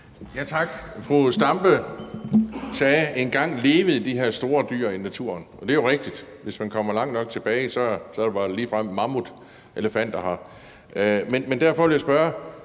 Tak. Fru Zenia Stampe sagde, at engang levede de her store dyr i naturen. Det er jo rigtigt, hvis vi kommer langt nok tilbage i tiden, var der ligefrem mammutter her. Derfor vil jeg spørge: